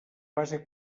base